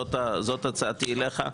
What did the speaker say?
זאת הצעתי אליך.